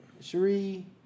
Cherie